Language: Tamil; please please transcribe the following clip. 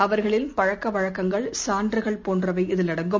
அவர்களின் பழக்கவழக்கங்கள் சான்றுகள் போன்றவை இதில் அடங்கும்